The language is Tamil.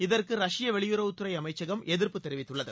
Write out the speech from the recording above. இதற்கு ரஷ்ய வெளியுறவுத் துறை அமைச்சகம் எதிர்ப்பு தெரிவித்துள்ளது